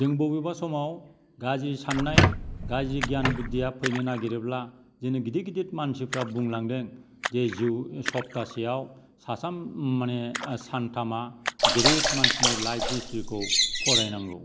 जों बबेबा समाव गाज्रि साननाय गाज्रि गियान बुध्दिया फैनो नागेरोब्ला दिनै गिदिर गिदिर मानसिफोरा बुंलांदों दि जिउ सप्तासेआव साथाम माने सानथामा गिदिर मानसिनि लाइफ हिसथ्रिखौ फरायनांगौ